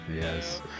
Yes